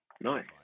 nice